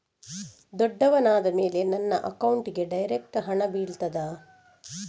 ದೊಡ್ಡವನಾದ ಮೇಲೆ ನನ್ನ ಅಕೌಂಟ್ಗೆ ಡೈರೆಕ್ಟ್ ಹಣ ಬೀಳ್ತದಾ?